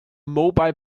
mobile